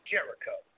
Jericho